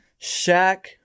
Shaq